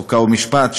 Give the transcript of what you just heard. חוק ומשפט,